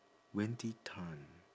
wendy tan